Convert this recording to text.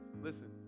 Listen